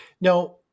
Now